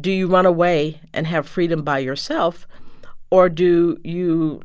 do you run away and have freedom by yourself or do you